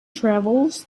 travels